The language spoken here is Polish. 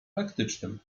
praktycznym